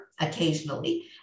occasionally